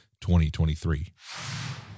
2023